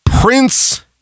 prince